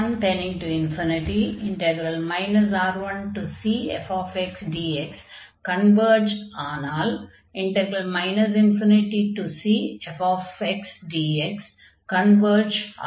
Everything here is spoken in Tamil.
R1 R1cfxdx கன்வர்ஜ் ஆனால் ∞cfxdx கன்வர்ஜ் ஆகும்